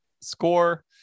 score